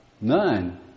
none